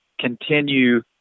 continue